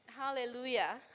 Hallelujah